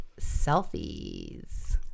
selfies